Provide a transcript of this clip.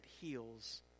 heals